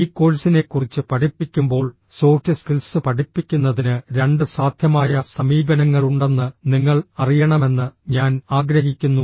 ഈ കോഴ്സിനെക്കുറിച്ച് പഠിപ്പിക്കുമ്പോൾ സോഫ്റ്റ് സ്കിൽസ് പഠിപ്പിക്കുന്നതിന് രണ്ട് സാധ്യമായ സമീപനങ്ങളുണ്ടെന്ന് നിങ്ങൾ അറിയണമെന്ന് ഞാൻ ആഗ്രഹിക്കുന്നു